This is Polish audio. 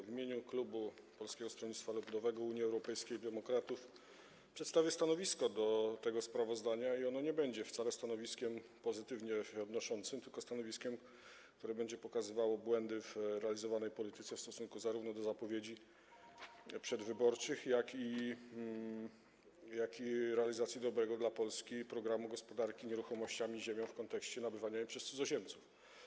W imieniu klubu Polskiego Stronnictwa Ludowego - Unii Europejskich Demokratów przedstawię stanowisko odnośnie do tego sprawozdania i ono nie będzie wcale stanowiskiem pozytywnie odnoszącym się do tego, tylko stanowiskiem, które będzie pokazywało błędy w realizowanej polityce w stosunku zarówno do zapowiedzi przedwyborczych, jak i realizacji dobrego dla Polski programu gospodarki nieruchomościami, ziemią w kontekście nabywania jej przez cudzoziemców.